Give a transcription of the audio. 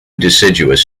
deciduous